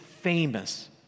famous